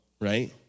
Right